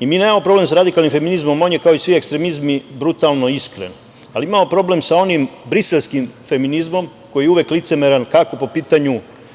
i mi nemamo problem sa radikalnim feminizmom, on je kao i svi ekstremizmi brutalno iskren, ali imamo problem sa onim briselskim feminizmom koji je uvek licemeran kako po pitanju